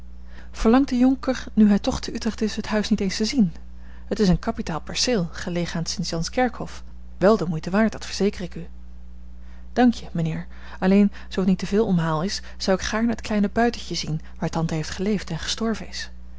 de jonker nu hij toch te utrecht is het huis niet eens te zien t is een kapitaal perceel gelegen aan t st janskerkhof wel de moeite waard dat verzeker ik u dank je mijnheer alleen zoo t niet te veel omhaal is zou ik gaarne het kleine buitentje zien waar tante heeft geleefd en gestorven is